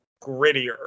grittier